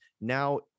Now